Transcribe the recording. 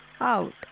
out